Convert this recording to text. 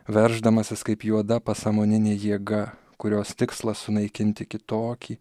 verždamasis kaip juoda pasąmoninė jėga kurios tikslas sunaikinti kitokį